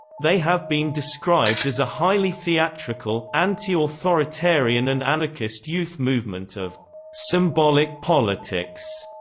they have been described as a highly theatrical, anti-authoritarian and anarchist youth movement of symbolic politics.